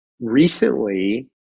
recently